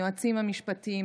היועצים המשפטיים,